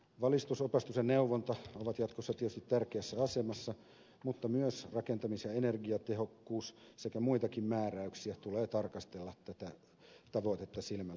valistus opastus ja neuvonta ovat jatkossa tietysti tärkeässä asemassa mutta myös rakentamis ja energiatehokkuus sekä muitakin määräyksiä tulee tarkastella tätä tavoitetta silmälläpitäen